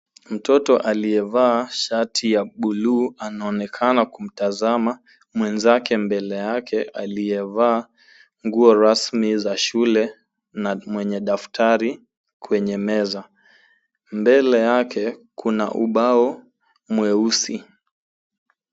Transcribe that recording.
Mtoto aliyevaa shati ya buluu anaonekana kumtazama mwenzake mbele yake aliyevaa nguo rasmi za shule na mwenye daftari kwenye meza. Mbele yake kuna ubao mweusi.